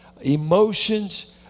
emotions